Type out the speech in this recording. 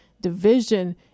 division